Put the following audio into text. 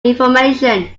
information